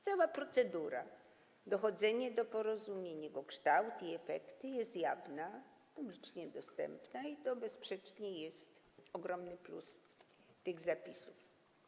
Cała procedura, dochodzenie do porozumienia, jego kształt i efekty są jawne, publicznie dostępne, i to bezsprzecznie jest ogromny plus tych zapisów.